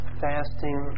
fasting